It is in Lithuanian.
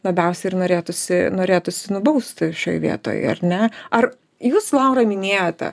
labiausiai ir norėtųsi norėtųsi nubausti šioj vietoj ar ne ar jūs laura minėjote